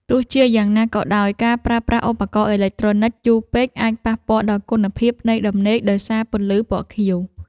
ទោះជាយ៉ាងណាក៏ដោយការប្រើប្រាស់ឧបករណ៍អេឡិចត្រូនិកយូរពេកអាចប៉ះពាល់ដល់គុណភាពនៃដំណេកដោយសារពន្លឺពណ៌ខៀវ។